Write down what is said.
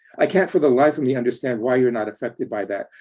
i can't for the life of me understand why you're not affected by that,